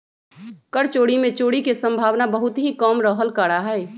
कर चोरी में चोरी के सम्भावना बहुत ही कम रहल करा हई